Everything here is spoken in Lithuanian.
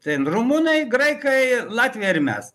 ten rumunai graikai latvija ir mes